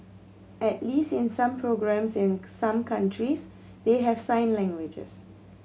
at least in some programmes in some countries they have sign languages